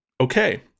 Okay